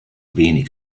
wenig